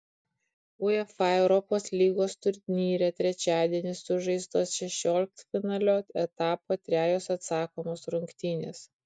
uefa europos lygos turnyre trečiadienį sužaistos šešioliktfinalio etapo trejos atsakomos rungtynės